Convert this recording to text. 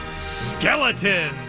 Skeleton